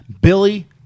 Billy